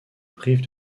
prive